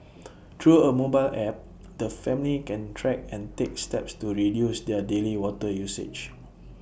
through A mobile app the family can track and take steps to reduce their daily water usage